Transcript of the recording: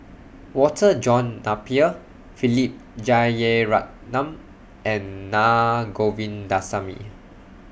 Walter John Napier Philip Jeyaretnam and Naa Govindasamy